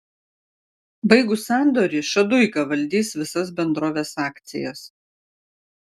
baigus sandorį šaduika valdys visas bendrovės akcijas